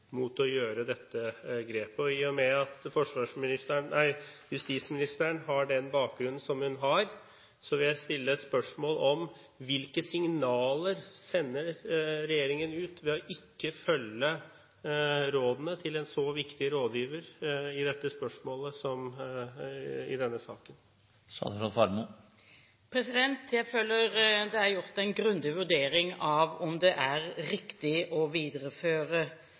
mot å gjøre dette grepet. I og med at justisministeren har den bakgrunn som hun har, vil jeg stille et spørsmål: Hvilke signaler sender regjeringen ut ved ikke å følge rådene fra en så viktig rådgiver i dette spørsmålet? Jeg føler det er gjort en grundig vurdering av om det er riktig å videreføre